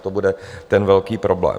To bude ten velký problém.